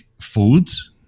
foods